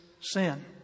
sin